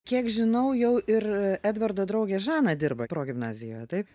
kiek žinau jau ir edvardo draugė žana dirba progimnazijoje taip